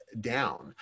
down